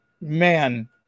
man